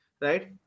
right